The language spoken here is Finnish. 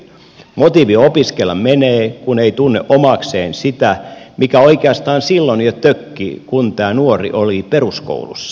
motiivi opiskella menee kun ei tunne omakseen sitä mikä oikeastaan silloin jo tökki kun tämä nuori oli peruskoulussa